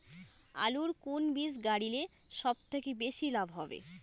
আলুর কুন বীজ গারিলে সব থাকি বেশি লাভ হবে?